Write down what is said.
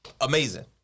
Amazing